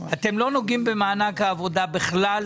אתם לא נוגעים במענק העבודה בכלל?